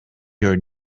your